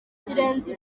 kirenze